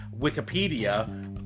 Wikipedia